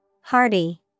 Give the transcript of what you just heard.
Hardy